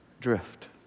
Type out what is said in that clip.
Drift